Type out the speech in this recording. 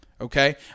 Okay